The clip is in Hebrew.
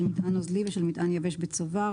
של מטען נוזלי ושל מטען יבש בצובר.